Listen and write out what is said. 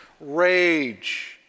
rage